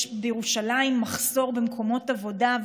יש בירושלים מחסור במקומות עבודה,